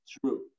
true